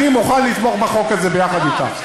אני מוכן לתמוך בחוק הזה יחד אתך.